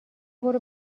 برو